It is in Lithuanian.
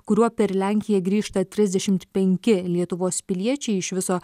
kuriuo per lenkiją grįžta trisdešimt penki lietuvos piliečiai iš viso